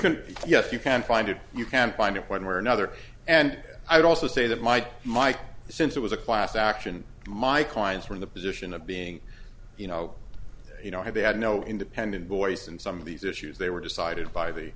can yes you can find if you can find a point where another and i'd also say that mike mike since it was a class action my clients were in the position of being you know you know had they had no independent voice and some of these issues they were decided by the